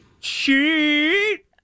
Cheat